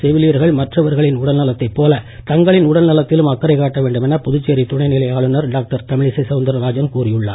செவிலியர்கள் மற்றவர்களின் உடல்நலத்தைப் போலத் தங்களின் உடல் நலத்திலும் அக்கறை காட்ட வேண்டும் என புதுச்சேரி துணைநிலை ஆளுநர் டாக்டர் தமிழிசை சவுந்தாராஜன் கூறியுள்ளார்